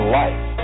life